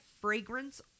fragrance